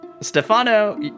Stefano